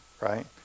right